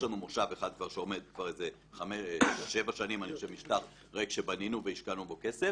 יש לנו מושב אחד שעומד בו כבר שבע שנים משטח ריק שבנינו והשקענו בו כסף.